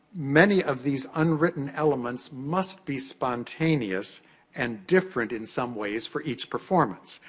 many of these unwritten elements must be spontaneous and different in some ways, for each performance.